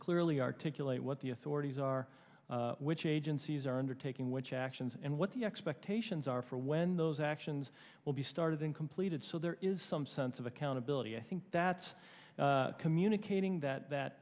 clearly articulate what the authorities are which agencies are undertaking which actions and what the expectations are for when those actions will be started in completed so there is some sense of accountability i think that communicating that that